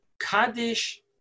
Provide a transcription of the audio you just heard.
Kaddish